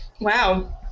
wow